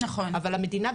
אבל המדינה,